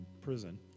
prison